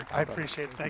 i appreciate it, thank